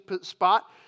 spot